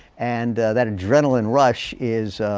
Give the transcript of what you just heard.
and that adrenaline rush is